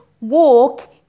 walk